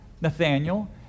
Nathaniel